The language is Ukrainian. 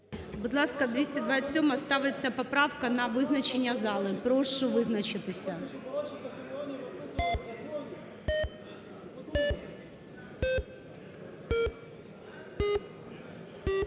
Будь ласка, 227-а ставиться поправка на визначення залу. Прошу визначитися.